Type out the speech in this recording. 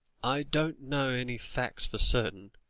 i don't know any facts for certain.